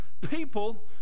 people